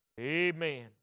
amen